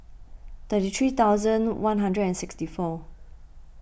thirty three thousand one hundred and sixty four